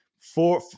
four